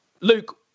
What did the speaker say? Luke